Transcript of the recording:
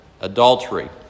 adultery